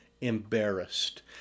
embarrassed